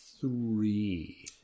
Three